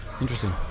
Interesting